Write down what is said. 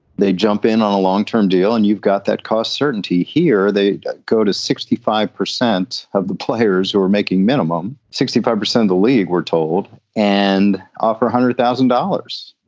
they jump in on a long term deal and you've got that cost certainty. here they go to sixty five percent of the players who are making minimum sixty five percent of the league, we're told, and offer one hundred thousand dollars.